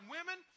Women